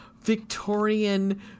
Victorian